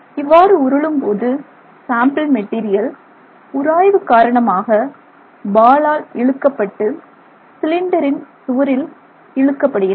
இவ்வாறு உருளும் போது சாம்பிள் மெட்டீரியல் உராய்வு காரணமாக பாலால் இழுக்கப்பட்டு சிலிண்டரில் சுவரில் இழுக்கப்படுகின்றன